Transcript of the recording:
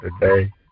today